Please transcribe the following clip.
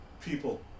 people